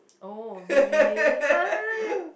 oh really !huh!